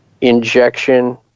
injection